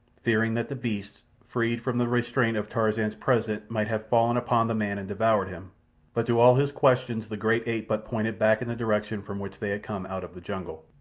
fearing that the beasts, freed from the restraint of tarzan's presence, might have fallen upon the man and devoured him but to all his questions the great ape but pointed back in the direction from which they had come out of the jungle.